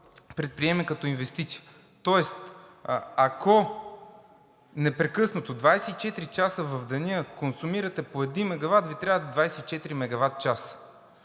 предприеме като инвестиции. Тоест, ако непрекъснато, 24 часа в деня консумирате по 1 мегават, Ви трябват 24 мегаватчаса.